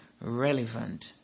relevant